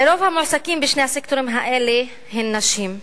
רוב המועסקים בשני הסקטורים האלה הם נשים.